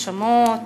האשמות,